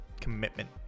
Commitment